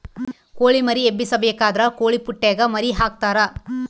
ಕೊಳಿ ಮರಿ ಎಬ್ಬಿಸಬೇಕಾದ್ರ ಕೊಳಿಪುಟ್ಟೆಗ ಮರಿಗೆ ಹಾಕ್ತರಾ